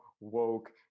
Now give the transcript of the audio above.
woke